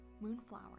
Moonflower